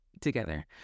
together